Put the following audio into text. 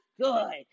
good